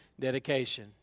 dedication